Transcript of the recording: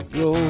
go